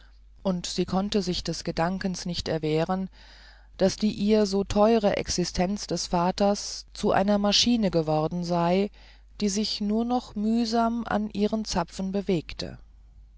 und sie konnte sich des gedankens nicht erwehren daß die ihr so theure existenz des vaters zu einer maschine geworden sei die sich nur noch mühsam in ihren zapfen bewegte